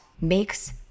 makes